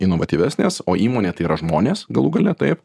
inovatyvesnės o įmonė tai yra žmonės galų gale taip